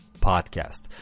podcast